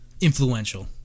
influential